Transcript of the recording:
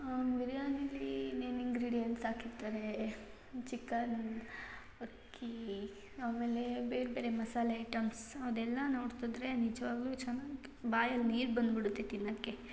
ಆಂ ಬಿರ್ಯಾನಿಲಿ ಇನ್ನೇನು ಇಂಗ್ರೀಡಿಯೆಂಟ್ಸ್ ಹಾಕಿರ್ತಾರೆ ಚಿಕನ್ ಅಕ್ಕಿ ಆಮೇಲೆ ಬೇರೆ ಬೇರೆ ಮಸಾಲೆ ಐಟಮ್ಸ್ ಅದೆಲ್ಲ ನೋಡ್ತಿದ್ದರೆ ನಿಜವಾಗ್ಲೂ ಚನ್ ಬಾಯಲ್ಲಿ ನೀರು ಬಂದುಬಿಡುತ್ತೆ ತಿನ್ನಕ್ಕೆ